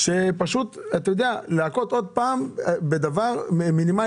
פשוט להכות עוד פעם בדבר מינימלי.